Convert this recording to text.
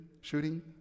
shooting